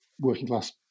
working-class